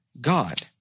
God